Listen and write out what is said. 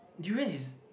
durian is